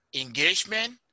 engagement